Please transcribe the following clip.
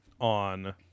on